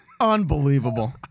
Unbelievable